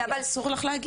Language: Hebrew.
אסור לך להגיד את זה.